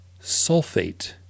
sulfate